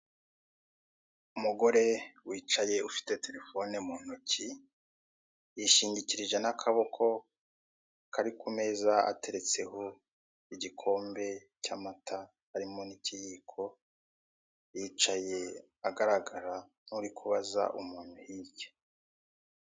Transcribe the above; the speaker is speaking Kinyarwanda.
Umugore wicaye ufite telefone mu ntoki, yishingikirije n'akaboko kari ku meza ateretseho igikombe cy'amata harimo n'ikiyiko. Yicaye agaragara nk'uri kubaza umuntu hirya.